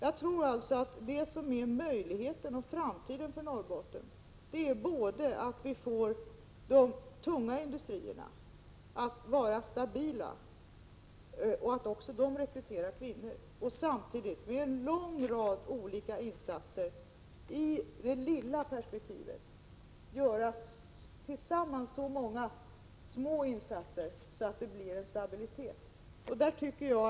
Jag tror alltså att möjligheterna och framtiden för Norrbotten ligger i att vi får de tunga industrierna att vara stabila men också att de rekryterar kvinnor. Samtidigt som en lång rad olika insatser i det lilla perspektivet görs måste det till många små insatser som tillsammans åstadkommer en stabilitet.